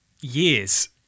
years